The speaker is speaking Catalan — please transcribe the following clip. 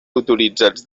autoritzats